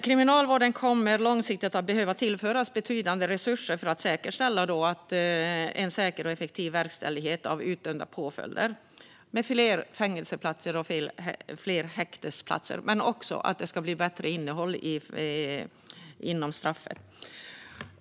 Kriminalvården kommer långsiktigt att behöva tillföras betydande resurser för att säkerställa en säker och effektiv verkställighet av utdömda påföljder med fler fängelse och häktesplatser och även bättre innehåll inom straffen.